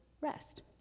rest